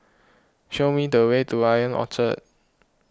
show me the way to I O N Orchard